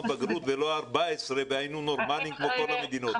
בגרות ולא 14 והיינו נורמליים כמו כל המדינות.